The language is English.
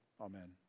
Amen